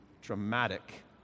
dramatic